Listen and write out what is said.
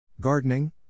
Gardening